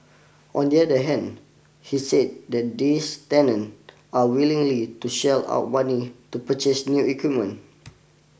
on the other hand he said that this tenant are unwillingly to shell out money to purchase new equipment